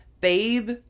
Babe